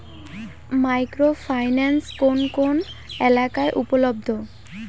Micro finance কোন কোন এলাকায় উপলব্ধ?